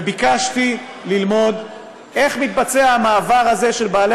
ביקשתי ללמוד איך מתבצע המעבר הזה של בעלי